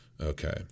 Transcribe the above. Okay